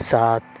سات